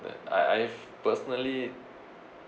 but I I've personally